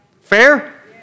Fair